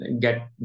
get